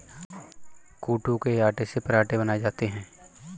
कूटू के आटे से पराठे बनाये जाते है